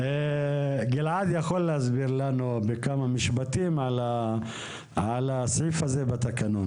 גלעד יכול להסביר לנו בכמה משפטים על הסעיף הזה בתקנון.